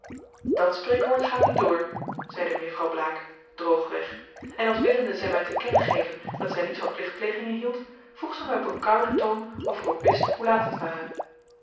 dat spreekwoord gaat niet door zeide mejuffrouw blaek droog weg en als willende zij mij te kennen geven dat zij niet van plichtplegingen hield vroeg zij mij op een kouden toon of ik ook wist hoe laat het ware